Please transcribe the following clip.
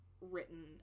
written